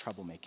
troublemaking